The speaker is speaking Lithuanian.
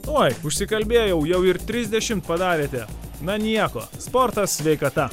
uoj užsikalbėjau jau ir trisdešim padarėte na nieko sportas sveikata